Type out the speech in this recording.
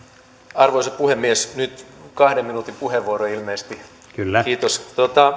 arvoisa puhemies nyt on kahden minuutin puheenvuoro ilmeisesti kiitos